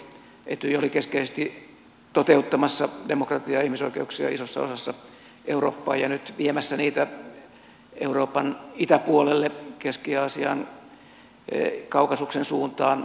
etyj oli keskeisesti toteuttamassa demokratiaa ja ihmisoikeuksia isossa osassa eurooppaa ja nyt on viemässä niitä euroopan itäpuolelle keski aasian kaukasuksen suuntaan